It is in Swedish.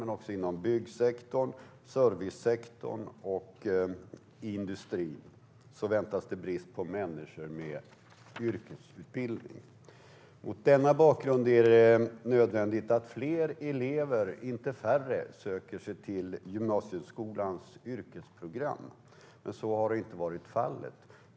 Men också inom byggsektorn, servicesektorn och industrin väntas brist på människor med yrkesutbildning. Mot denna bakgrund är det nödvändigt att fler, inte färre, elever söker sig till gymnasieskolans yrkesprogram, men så har inte varit fallet.